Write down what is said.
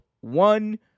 One